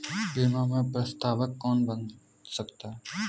बीमा में प्रस्तावक कौन बन सकता है?